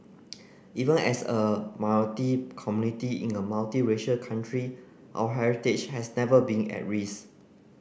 even as a minority community in a multiracial country our heritage has never been at risk